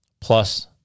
plus